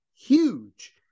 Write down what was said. huge